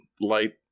light